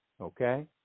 okay